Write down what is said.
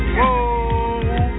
Whoa